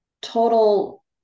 total